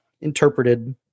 interpreted